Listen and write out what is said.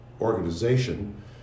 Organization